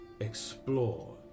explore